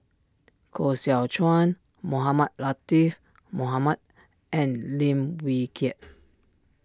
Koh Seow Chuan Mohamed Latiff Mohamed and Lim Wee Kiak